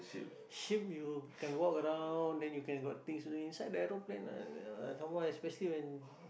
ship you can walk around then you can got things to do inside the aeroplane ah uh some more especially when